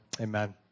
amen